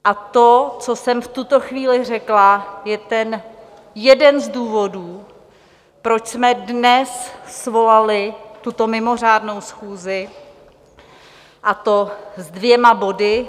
A to, co jsem v tuto chvíli řekla, je ten jeden z důvodů, proč jsme dnes svolali tuto mimořádnou schůzi, a to s dvěma body.